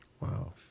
Wow